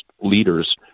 leaders